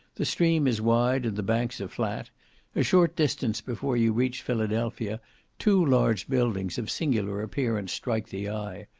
the stream is wide and the banks are flat a short distance before you reach philadelphia two large buildings of singular appearance strike the eye.